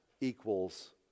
equals